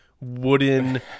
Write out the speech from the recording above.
wooden